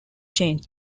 change